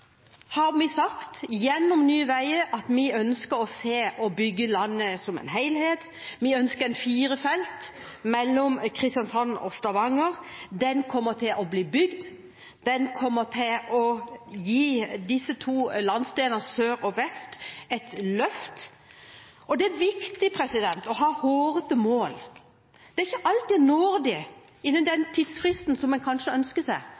har vi sagt gjennom Nye Veier at vi ønsker å se og bygge landet som en helhet. Vi ønsker en firefelts vei mellom Kristiansand og Stavanger. Den kommer til å bli bygd. Den kommer til å gi disse to landsdelene i sør og vest et løft. Det er viktig å ha hårete mål. Det er ikke alltid en når dem innen den tidsfristen som en kanskje ønsker seg.